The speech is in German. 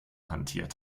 hantiert